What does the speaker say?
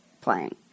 playing